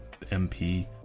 MP